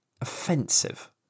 Offensive